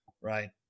Right